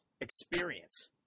experience